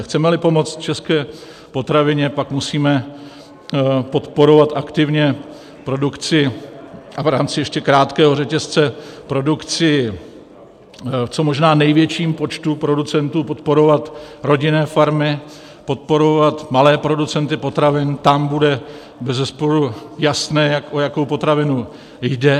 Chcemeli pomoct české potravině, pak musíme podporovat aktivně produkci, a v rámci ještě krátkého řetězce produkci v co možná největším počtu producentů, podporovat rodinné farmy, podporovat malé producenty potravin, tam bude bezesporu jasné, o jakou potravinu jde.